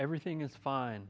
everything is fine